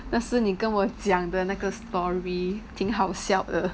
那时你跟我讲的那个 story 挺好笑的